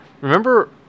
Remember